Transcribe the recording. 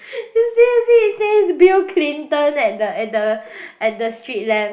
you see you see it says Bill Clinton at the at the at the street lamp